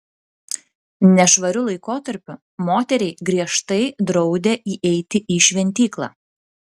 nešvariu laikotarpiu moteriai griežtai draudė įeiti į šventyklą